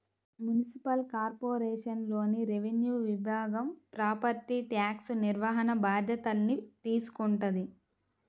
municipal కార్పొరేషన్లోని revenue విభాగం property tax నిర్వహణ బాధ్యతల్ని తీసుకుంటది